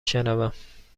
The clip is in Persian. شنوم